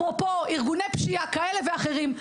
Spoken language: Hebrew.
אפרופו ארגוני פשיעה כאלה ואחרים.